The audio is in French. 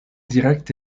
directe